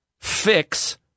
fix